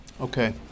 Okay